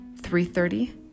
3.30